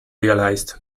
realised